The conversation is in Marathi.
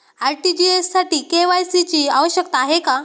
आर.टी.जी.एस साठी के.वाय.सी ची आवश्यकता आहे का?